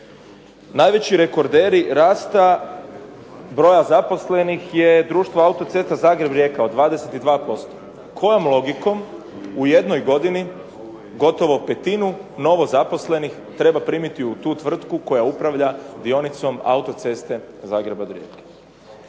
Najveći rekordera rasta broja zaposlenih je društvo autocesta Zagreb-Rijeka od 22%. Kojom logikom u jednoj godini gotovo petinu novo zaposlenih treba primiti u tu tvrtku koja upravlja dionicom autoceste Zagreb-Rijeka.